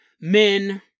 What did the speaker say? men